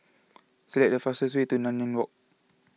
select the fastest way to Nanyang Walk